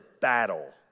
battle